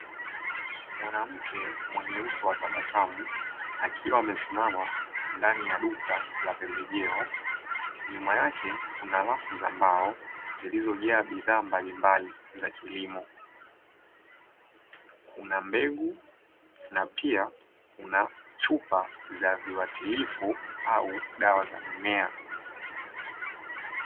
Mwanamke mwenye uso wa tabasamu, akiwa amesimama ndani ya duka la pembejeo, nyuma yake kuna rafu za mbao zilizojaa bidhaa mbalimbali za kilimo, kuna mbegu na pia kuna chupa za viwatilifu au dawa za mimea.